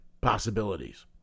possibilities